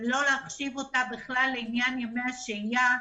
ולא להחשיב אותה לעניין ימי השהייה.